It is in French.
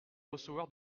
recevoir